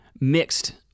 mixed